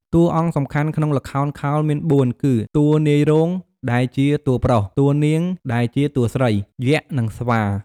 តួអង្គសំខាន់ក្នុងល្ខោនខោលមានបួន គឺតួនាយរោង ដែលជា តួប្រុស, តួនាង ដែលជា តួស្រី, យក្ស និងស្វា។